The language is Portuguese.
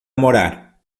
morar